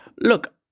Look